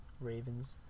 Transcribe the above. Ravens